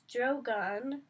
Drogon